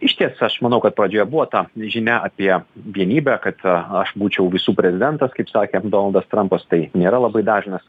išties aš manau kad pradžioje buvo ta žinia apie vienybę kad aš būčiau visų prezidentas kaip sakė donaldas trampas tai nėra labai dažnas